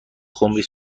خمری